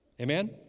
amen